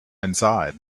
inside